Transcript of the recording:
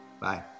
Bye